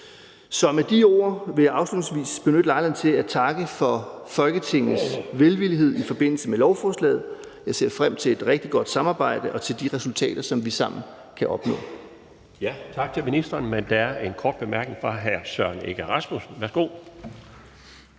på. Med de ord vil jeg afslutningsvis benytte lejligheden til at takke for Folketingets velvillighed i forbindelse med lovforslaget. Jeg ser frem til et rigtig godt samarbejde og til de resultater, som vi sammen kan opnå.